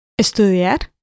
Estudiar